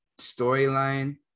storyline